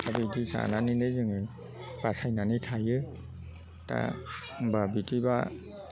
आरो बिदि जानानैनो जोङो बासायनानै थायो दा होमबा बिदिबा